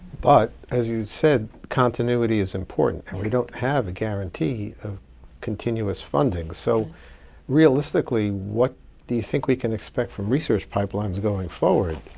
but as you said continuity is important and we don't have a guarantee of continuous funding. so realistically, what do you think we can expect from research pipelines, going forward?